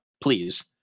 Please